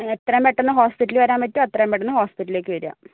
എത്രേം പെട്ടന്ന് ഹോസ്പിറ്റലിൽ വരാൻ പറ്റുവോ അത്രയും പെട്ടന്ന് ഹോസ്പിറ്റലിലേക്ക് വരുക